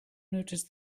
notice